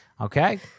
Okay